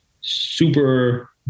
super